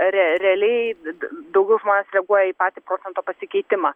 rea realiai vid daugiau žmonės reaguoja į patį procento pasikeitimą